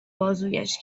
بازویش